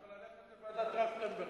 הוא יכול ללכת לוועדת-טרכטנברג ישר.